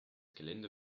gelände